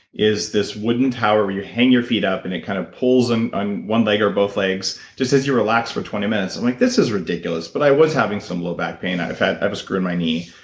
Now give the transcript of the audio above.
is this wooden tower where you hang your feet up and it kind of pulls and on one leg or both legs, just has you relax for twenty minutes. i'm like, this is ridiculous, but i was having some low back pain. i have a screw in my knee.